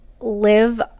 live